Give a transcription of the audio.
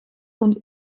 und